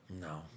No